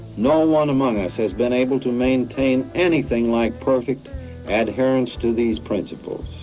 no one among us has been able to maintain anything like perfect adherence to these principles.